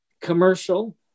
commercial